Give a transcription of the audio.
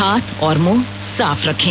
हाथ और मुंह साफ रखें